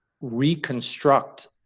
reconstruct